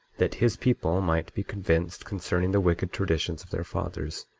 that his people might be convinced concerning the wicked traditions of their fathers,